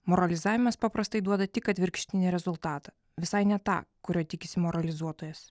moralizavimas paprastai duoda tik atvirkštinį rezultatą visai ne tą kurio tikisi moralizuotojas